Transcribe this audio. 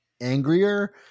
angrier